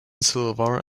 silver